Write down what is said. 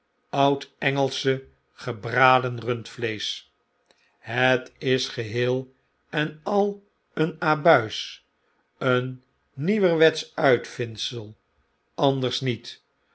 oud-engelsche gebraden rundvleesch het is geheel en al een abuis een nieuwerwetsch uitvindsel anders niet